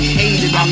hated